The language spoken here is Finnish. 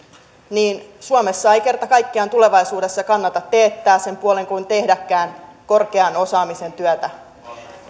suomessa ei kerta kaikkiaan tulevaisuudessa kannata sen puoleen teettää kuin tehdäkään korkean osaamisen työtä